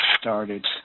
started